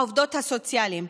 העובדות הסוציאליות,